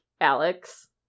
Alex